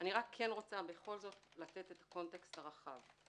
אני רוצה בכל זאת לתת את ההקשר הרחב.